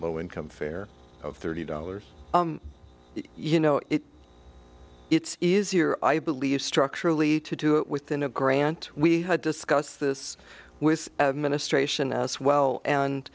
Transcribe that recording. low income fair of thirty dollars you know if it's is your i believe structurally to do it within a grant we had discussed this with ministration as well and